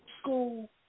school